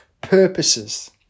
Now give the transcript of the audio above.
purposes